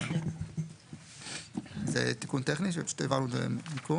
כן, זה תיקון טכני, זה עבר מיקום.